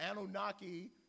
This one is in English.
Anunnaki